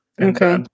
Okay